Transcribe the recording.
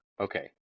okay